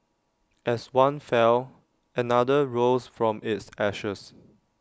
as one fell another rose from its ashes